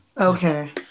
Okay